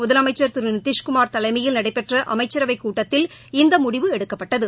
முதலமைச்சள் திரு நிதிஷ்குமார் தலைமையில் நடைபெற்ற அமைச்சரவைக் கூட்டத்தில் இந்த முடிவு எடுக்கப்பட்டது